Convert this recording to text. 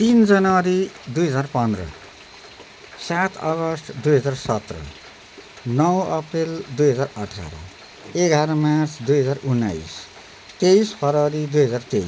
तिन जनवरी दुई हजार पन्ध्र सात अगस्ट दुई हजार सत्र नौ अप्रिल दुई हजार अठार एघार मार्च दुई हजार उन्नाइस तेइस फरवरी दुई हजार तेइस